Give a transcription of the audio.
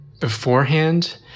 beforehand